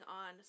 on